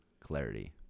clarity